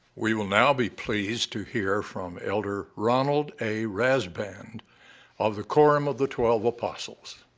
we will now be pleased to hear from elder ronald a. rasband of the quorum of the twelve apostles.